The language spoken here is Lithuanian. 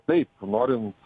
taip norint